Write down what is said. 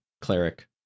cleric